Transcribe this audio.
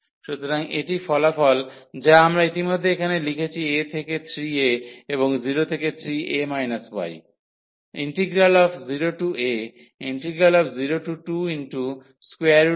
সুতরাং এটি ফলাফল যা আমরা ইতিমধ্যে এখানে লিখেছি a থেকে 3a এবং 0 থেকে 3a y